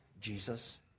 Jesus